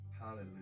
Hallelujah